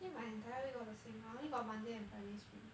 actually my entire week all the same I only got monday and friday free